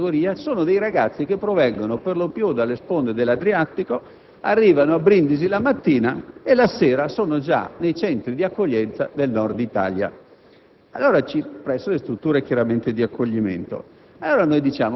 di un'altra categoria - la consideriamo un'altra categoria - sono ragazzi provenienti per lo più dalle sponde dell'Adriatico, che arrivano a Brindisi la mattina e che la sera sono già nei centri di accoglienza del Nord Italia.